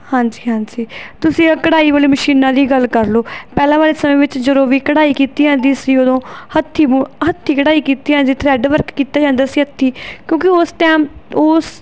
ਹਾਂਜੀ ਹਾਂਜੀ ਤੁਸੀਂ ਆ ਕਢਾਈ ਵਾਲੀ ਮਸ਼ੀਨਾਂ ਦੀ ਗੱਲ ਕਰ ਲਓ ਪਹਿਲਾਂ ਵਾਲੇ ਸਮੇਂ ਵਿੱਚ ਜਦੋਂ ਵੀ ਕਢਾਈ ਕੀਤੀ ਜਾਂਦੀ ਸੀ ਉਦੋਂ ਹੱਥੀਂ ਹੱਥੀਂ ਕਢਾਈ ਕੀਤੀ ਆ ਜੀ ਥ੍ਰਰੈੱਡ ਵਰਕ ਕੀਤਾ ਜਾਂਦਾ ਸੀ ਹੱਥੀ ਕਿਉਂਕਿ ਉਸ ਟੈਮ ਉਸ